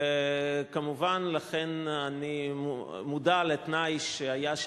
וכמובן לכן אני מודע לתנאי שהיה,